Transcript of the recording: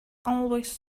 always